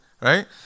right